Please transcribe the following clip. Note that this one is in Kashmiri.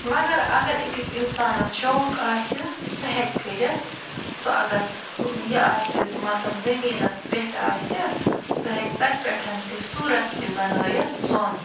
مگر اَگر أکِس اِنسانس شوق آسہِ سُہ ہیٚکہِ کٔرِتھ سُہ اَگر ٲں یہِ آسہِ مطلب زٔمیٖنس پٮ۪ٹھ آسہِ سُہ ہیٚکہِ تَتہِ پٮ۪ٹھ تہِ سوٗرس تہِ بنٲیِتھ سۄن